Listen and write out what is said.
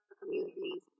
communities